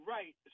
Right